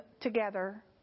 together